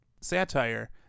satire